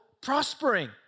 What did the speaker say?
prospering